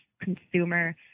consumer